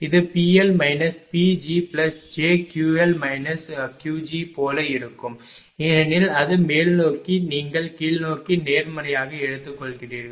இது PL PgjQL Qg போல இருக்கும் ஏனெனில் அது மேல்நோக்கி நீங்கள் கீழ்நோக்கி நேர்மறையாக எடுத்துக்கொள்கிறீர்கள்